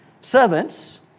Servants